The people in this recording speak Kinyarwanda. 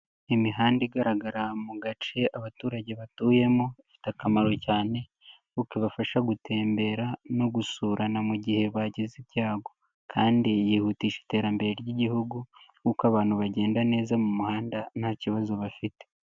Imihanda igaragara mu gace abaturage batuyemo ifite akamaro cyane kuko kabafasha gutembera no gusurana mu gihe bagize ibyago, kandi yihutisha iterambere ry'igihugu nk'uko abantu bagenda neza mu muhanda nta kibazo bafite.